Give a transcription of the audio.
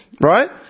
right